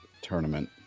tournament